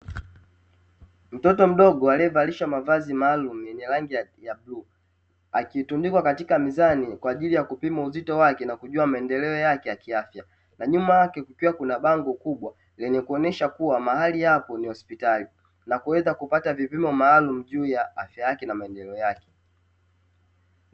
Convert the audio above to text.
Mtoto mdogo aliyevalishwa mavazi maalumu yenye rangi ya bluu, akitumikwa katika mizani kwa ajili ya kupima uzito wake na kujua maendeleo yake ya kiafya, Na nyuma yake kukiwa kuna bango kubwa lenye kuonesha kuwa mahali hapo ni hospitali, na kwenda kupata vipimo maalumu juu ya afya yake na maendeleo yake.